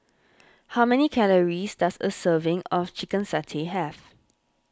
how many calories does a serving of Chicken Satay have